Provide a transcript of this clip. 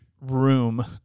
room